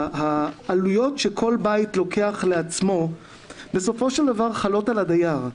העלויות שכל בית לוקח לעצמו בסופו של דבר חלות על הדייר.